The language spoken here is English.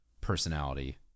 personality